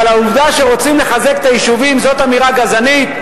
אבל העובדה שרוצים לחזק את היישובים זאת אמירה גזענית?